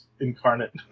Incarnate